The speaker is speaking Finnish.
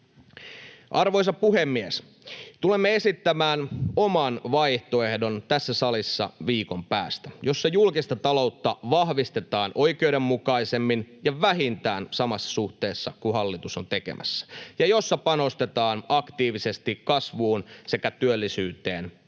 Arvoisa puhemies! Tulemme esittämään tässä salissa viikon päästä oman vaihtoehdon, jossa julkista taloutta vahvistetaan oikeudenmukaisemmin ja vähintään samassa suhteessa kuin hallitus on tekemässä ja jossa panostetaan aktiivisesti kasvuun sekä työllisyyteen tässä ja nyt.